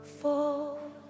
fall